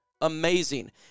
amazing